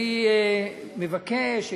אני מבקש,